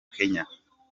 kenya